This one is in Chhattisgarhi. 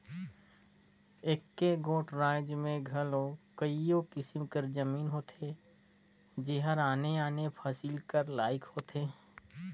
एके गोट राएज में घलो कइयो किसिम कर जमीन होथे जेहर आने आने फसिल कर लाइक होथे